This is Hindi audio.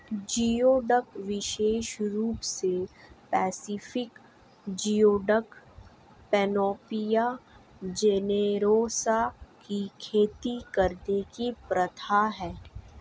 जियोडक विशेष रूप से पैसिफिक जियोडक, पैनोपिया जेनेरोसा की खेती करने की प्रथा है